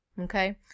okay